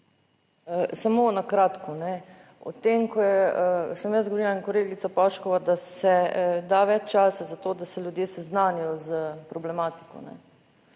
Samo na kratko o tem, ko sem jaz govorila in kolegica Paškova, da se da več časa za to, da se ljudje seznanijo s problematiko,